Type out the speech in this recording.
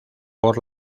por